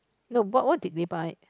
no what what did they buy